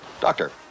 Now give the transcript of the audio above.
Doctor